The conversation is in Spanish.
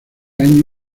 año